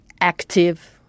active